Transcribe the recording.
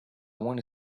want